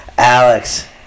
Alex